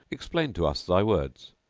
explain to us thy words!